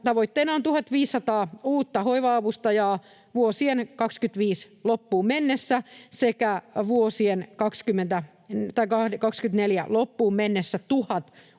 tavoitteena on 1 500 uutta hoiva-avustajaa vuoden 25 loppuun mennessä sekä vuoden 24 loppuun mennessä 1 000 uutta